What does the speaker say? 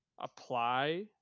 apply